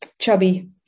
chubby